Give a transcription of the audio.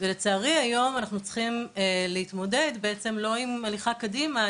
ולצערי היום אנחנו צריכים להתמודד בעצם לא עם הליכה קדימה,